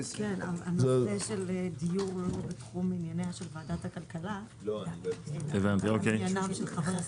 נושא הדיור הוא לא מענייניה של ועדת הכלכלה - מעניין של חברי